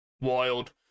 wild